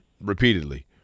repeatedly